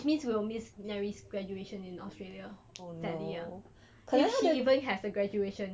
which means we'll miss mary's graduation in australia sadly ah if she even have the graduation